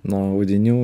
nuo audinių